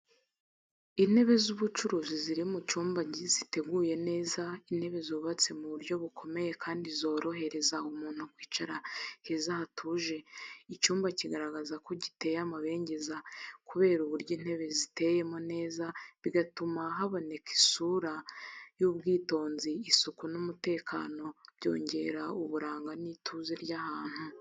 Intebe z’ubururu ziri mu cyumba ziteguye neza. Intebe zubatse mu buryo bukomeye kandi zorohereza umuntu kwicara heza hatuje. Icyumba kigaragazako giteye amabengeza kubera uburyo intebe ziteyemo neza, bigatuma haboneka isura y’ubwitonzi, isuku n’umutekano, byongera uburanga n’ituze ry’ahantu.